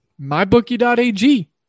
mybookie.ag